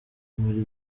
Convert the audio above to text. muri